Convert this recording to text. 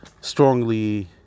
strongly